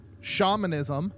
shamanism